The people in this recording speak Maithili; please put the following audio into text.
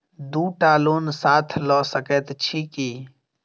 दु टा लोन साथ लऽ सकैत छी की?